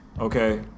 okay